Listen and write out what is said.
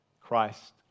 Christ